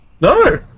No